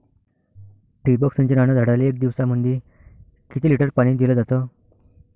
ठिबक सिंचनानं झाडाले एक दिवसामंदी किती लिटर पाणी दिलं जातं?